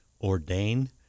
ordain